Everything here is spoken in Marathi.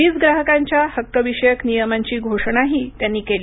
वीज ग्राहकांच्या हक्कविषयक नियमांची घोषणाही त्यांनी केली